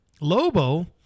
lobo